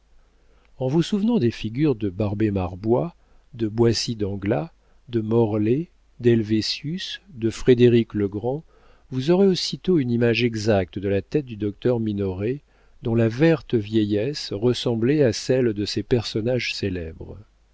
en vous souvenant des figures de barbé marbois de boissy danglas de morellet d'helvétius de frédéric le grand vous aurez aussitôt une image exacte de la tête du docteur minoret dont la verte vieillesse ressemblait à celle de ces personnages célèbres